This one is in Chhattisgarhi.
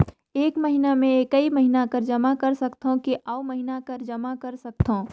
एक महीना मे एकई महीना कर जमा कर सकथव कि अउ महीना कर जमा कर सकथव?